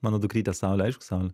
mano dukrytė saulė aišku saulė